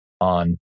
on